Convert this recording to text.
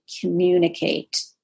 communicate